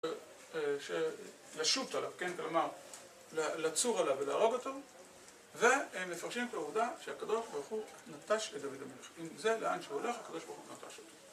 לשוט עליו, כן? כלומר, לצור עליו ולהרוג אותו, ומפרשים את העובדה שהקדוש ברוך הוא נטש את דוד המלך אם זה לאן שהוא הולך, הקדוש ברוך הוא נטש אותו